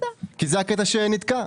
כי זה הקטע שנתקע.